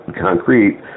Concrete